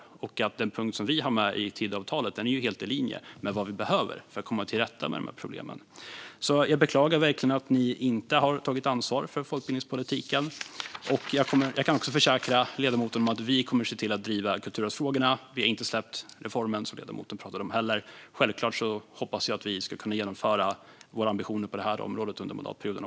Den punkt som vi har med i Tidöavtalet är därför helt i linje med vad vi behöver för att komma till rätta med dessa problem. Jag beklagar verkligen att ni inte har tagit ansvar för folkbildningspolitiken. Jag kan också försäkra ledamoten om att vi kommer att driva kulturarvsfrågorna. Vi har inte släppt den reform som ledamoten pratar om. Självklart hoppas jag att vi ska kunna genomföra våra ambitioner på det här området under mandatperioden.